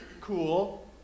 cool